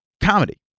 comedy